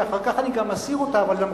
שאחר כך אני גם אסיר אותה,